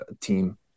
team